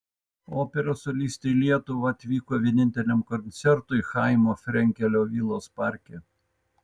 operos solistė į lietuvą atvyko vieninteliam koncertui chaimo frenkelio vilos parke